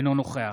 אינו נוכח